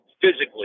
physically